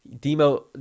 demo